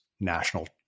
national